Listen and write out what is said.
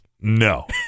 No